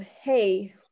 hey